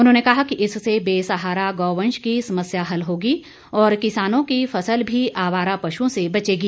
उन्होंने कहा कि इससे बेसहारा गौवंश की समस्या हल होगी और किसानों की फसल भी आवारा पशुओं से बचेगी